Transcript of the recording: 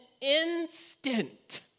instant